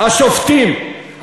השופטים,